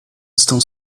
estão